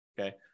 okay